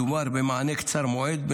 מדובר במענה קצר מועד,